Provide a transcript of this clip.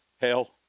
hell